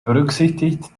berücksichtigt